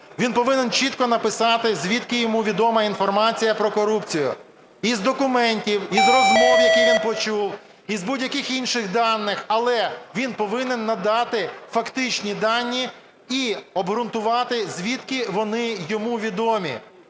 Він повинен чітко написати, звідки йому відома інформація про корупцію: із документів, із розмов, які він почув, із будь-яких інших даних. Але він повинен надати фактичні дані і обґрунтувати звідки вони йому відомі.